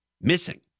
Missing